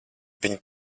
viņi